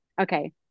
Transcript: okay